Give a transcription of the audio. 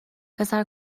پسر